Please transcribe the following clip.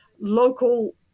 local